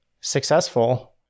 Successful